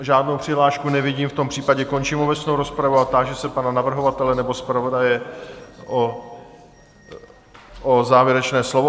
Žádnou přihlášku nevidím, v tom případě končím obecnou rozpravu a táži se pana navrhovatele nebo zpravodaje o závěrečné slovo.